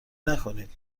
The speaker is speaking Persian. نکنید